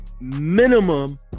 minimum